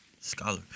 Scholar